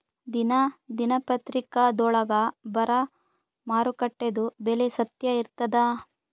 ದಿನಾ ದಿನಪತ್ರಿಕಾದೊಳಾಗ ಬರಾ ಮಾರುಕಟ್ಟೆದು ಬೆಲೆ ಸತ್ಯ ಇರ್ತಾದಾ?